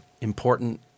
important